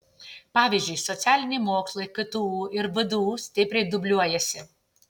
pavyzdžiui socialiniai mokslai ktu ir vdu stipriai dubliuojasi